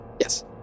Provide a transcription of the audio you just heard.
Yes